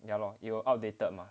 ya lor it will outdated mah